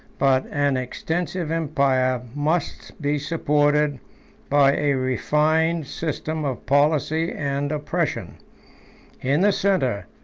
but an extensive empire must be supported by a refined system of policy and oppression in the centre,